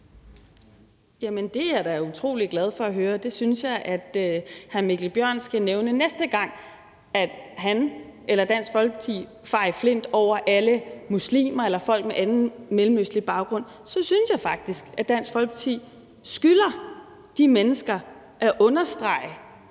er jeg da utrolig glad for at høre. Det synes jeg at hr. Mikkel Bjørn skal nævne, næste gang han eller Dansk Folkeparti farer i flint over alle muslimer eller folk med mellemøstlig baggrund. Så synes jeg faktisk, at Dansk Folkeparti skylder de mennesker at understrege,